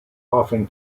often